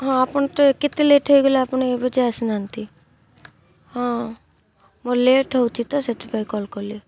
ହଁ ଆପଣ ତ କେତେ ଲେଟ୍ ହୋଇଗଲେ ଆପଣ ଏବେ ଯାଏ ଆସିନାହାନ୍ତି ହଁ ମୋର ଲେଟ୍ ହେଉଛି ତ ସେଥିପାଇଁ କଲ୍ କଲି